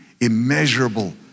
immeasurable